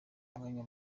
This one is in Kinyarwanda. umwanya